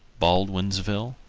baldwinsville,